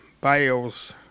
bales